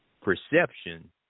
perception